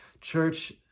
Church